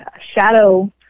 shadow